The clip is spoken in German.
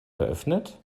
geöffnet